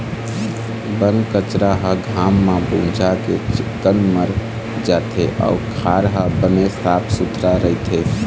बन कचरा ह घाम म भूंजा के चिक्कन मर जाथे अउ खार ह बने साफ सुथरा रहिथे